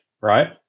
right